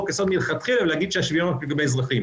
יסוד מלכתחילה ולהגיד שהשוויון הוא רק לגבי אזרחים,